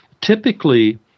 typically